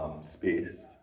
space